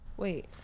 Wait